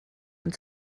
and